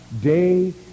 day